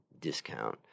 discount